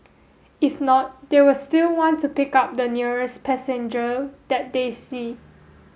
if not they will still want to pick up the nearest passenger that they see